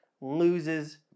loses